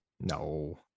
no